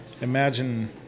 imagine